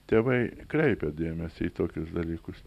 tėvai kreipė dėmesį į tokius dalykus